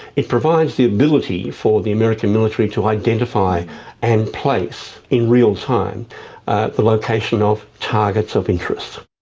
it provides the ability for the american military to identify and place in real time the location of targets of interest.